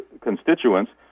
constituents